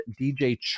DJ